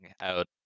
out